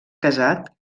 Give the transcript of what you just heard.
casat